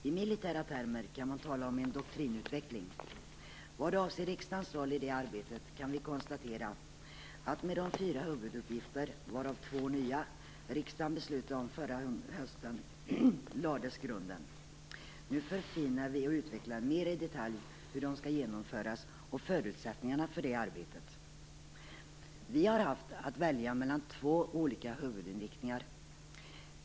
I militära termer kan man tala om en doktrinutveckling. Vad avser riksdagens roll i det arbetet, kan vi konstatera att med de fyra huvuduppgifter, varav två nya, som riksdagen beslutade om förra hösten, lades grunden. Nu förfinar vi och utvecklar mer i detalj hur dessa skall genomföras och vilka förutsättningarna är för det arbetet. Vi har haft att välja mellan två huvudinriktningar.